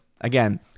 Again